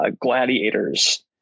gladiators